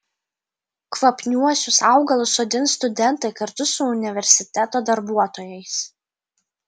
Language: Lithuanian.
kvapniuosius augalus sodins studentai kartu su universiteto darbuotojais